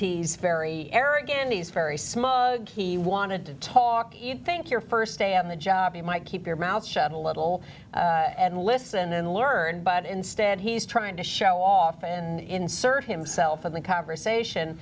he's very arrogant he's very smug he wanted to talk you'd think your st day on the job you might keep your mouth shut a little and listen and learn but instead he's trying to show off and insert himself in the conversation